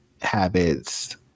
habits